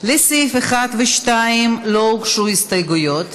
לסעיפים 1 ו-2 לא הוגשו הסתייגויות,